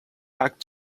back